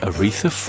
Aretha